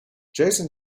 jason